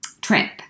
trip